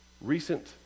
recent